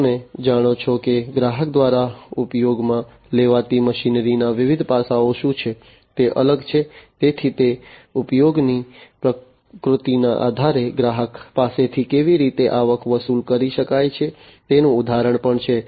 તમે જાણો છો કે ગ્રાહક દ્વારા ઉપયોગમાં લેવાતી મશીનરીના વિવિધ પાસાઓ શું છે તે અલગ છે તેથી તે ઉપયોગની પ્રકૃતિના આધારે ગ્રાહક પાસેથી કેવી રીતે આવક વસૂલ કરી શકાય છે તેનું ઉદાહરણ પણ છે